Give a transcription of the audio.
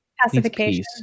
pacification